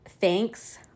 thanks